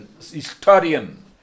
historian